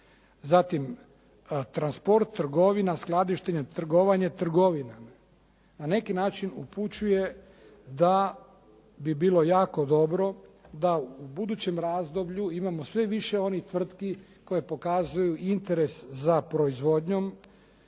Zatim, transport, trgovina, skladištenje, trgovanje, trgovina na neki način upućuje da bi bilo jako dobro da u budućem razdoblju imamo sve više onih tvrtki koje pokazuju interes za proizvodnjom